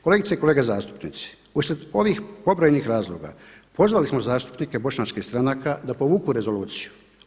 Kolegice i kolege zastupnici, uslijed ovih pobrojenih razloga pozvali smo zastupnike bošnjačkih stranaka da povuku Rezoluciju.